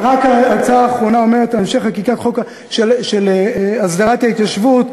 ההצעה האחרונה אומרת: המשך חקיקת החוק להסדרת ההתיישבות,